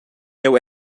jeu